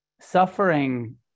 suffering